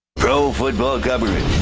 pro football government.